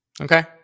Okay